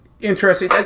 interesting